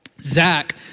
Zach